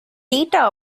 data